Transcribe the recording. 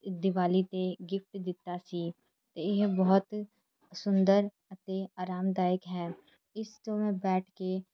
ਦੀਵਾਲੀ 'ਤੇ ਗਿਫਟ ਦਿੱਤਾ ਸੀ ਅਤੇ ਇਹ ਬਹੁਤ ਸੁੰਦਰ ਅਤੇ ਆਰਾਮਦਾਇਕ ਹੈ ਇਸ ਤੋਂ ਮੈਂ ਬੈਠ ਕੇ